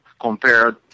compared